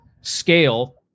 Scale